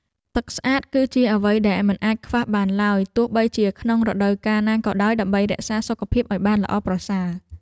ទឹកស្អាត គឺជាអ្វីដែលមិនអាចខ្វះបានឡើយទោះបីជាក្នុងរដូវកាលណាក៏ដោយដើម្បីរក្សាសុខភាពឱ្យបានល្អប្រសើរ។